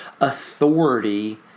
authority